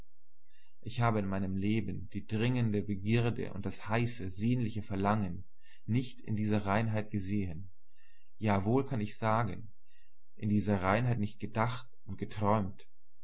ich hab in meinem leben die dringende begierde und das heiße sehnliche verlangen nicht in dieser reinheit gesehen ja wohl kann ich sagen in dieser reinheit nicht gedacht und geträumt